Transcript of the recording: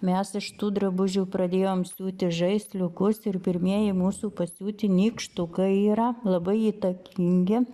mes iš tų drabužių pradėjom siūti žaisliukus ir pirmieji mūsų pasiūti nykštukai yra labai įtakingi